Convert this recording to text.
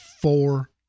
four